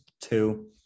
two